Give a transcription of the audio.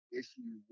issue